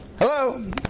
Hello